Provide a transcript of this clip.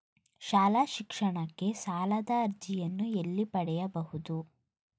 ಶಾಲಾ ಶಿಕ್ಷಣಕ್ಕೆ ಸಾಲದ ಅರ್ಜಿಯನ್ನು ಎಲ್ಲಿ ಪಡೆಯಬಹುದು?